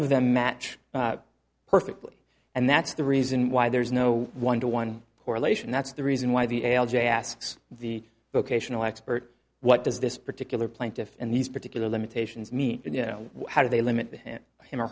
of them match perfectly and that's the reason why there's no one to one correlation that's the reason why the a l j asks the vocational expert what does this particular plaintiff in these particular limitations mean you know how do they limit him or